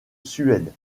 suède